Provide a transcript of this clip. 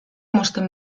mozten